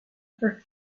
upper